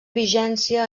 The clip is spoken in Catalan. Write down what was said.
vigència